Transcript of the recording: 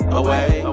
away